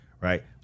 right